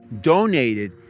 donated